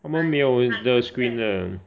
他们没有得 you de screen 的